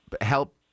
help